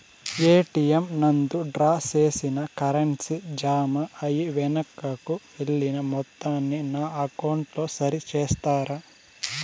ATM నందు draw చేసిన currency జామ అయి వెనుకకు వెళ్లిన మొత్తాన్ని నా అకౌంట్ లో సరి చేస్తారా?